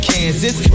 Kansas